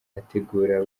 ategura